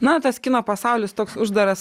na tas kino pasaulis toks uždaras